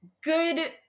good